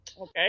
okay